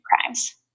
crimes